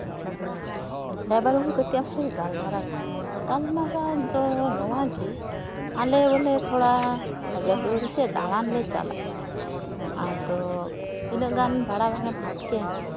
driver ᱵᱟᱹᱵᱩ ᱠᱟᱹᱴᱤᱡ ᱟᱢ ᱥᱚᱸᱜᱮ ᱜᱟᱞᱢᱟᱨᱟᱣ ᱛᱟᱦᱮᱸᱠᱟᱱᱟ ᱜᱟᱞᱢᱟᱨᱟᱣ ᱫᱚ ᱱᱚᱣᱟ ᱜᱮ ᱟᱞᱮ ᱵᱚᱞᱮ ᱛᱷᱚᱲᱟ ᱦᱟᱡᱟᱨ ᱫᱩᱣᱟᱨᱤ ᱥᱮᱡ ᱫᱟᱬᱟᱱ ᱞᱮ ᱪᱟᱞᱟᱜᱼᱟ ᱟᱫᱚ ᱛᱤᱱᱟᱹᱜ ᱜᱟᱱ ᱵᱷᱟᱲᱟ ᱠᱚᱜᱮᱢ ᱦᱟᱛ ᱛᱮ